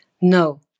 No